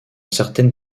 certaines